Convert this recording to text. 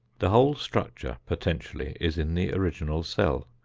the whole structure, potentially, is in the original cell,